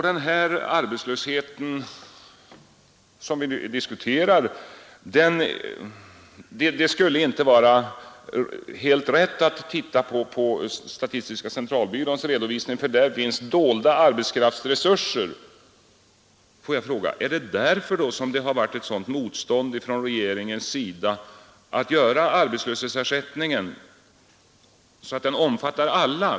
Det skulle inte vara helt rätt att titta på statistiska centralbyråns redovisningar, för där finns dolda arbetskraftsresurser, säger man. Är det därför som det varit ett sådant motstånd från regeringens sida mot att låta arbetslöshetsersättningen omfatta alla?